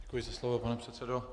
Děkuji za slovo, pane předsedo.